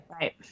Right